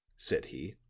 said he.